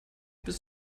bis